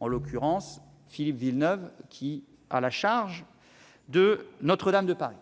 en l'occurrence Philippe Villeneuve, qui a la charge de Notre-Dame de Paris.